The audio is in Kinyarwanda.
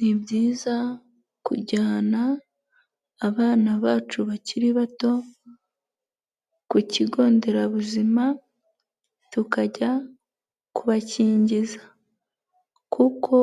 Ni byiza kujyana abana bacu bakiri bato ku kigo nderabuzima tukajya kubakingiza. Kuko